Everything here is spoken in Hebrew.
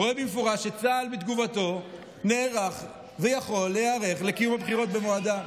רואה במפורש בתגובתו שצה"ל נערך ויכול להיערך לקיום הבחירות במועדן.